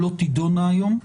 לא תידונה היום.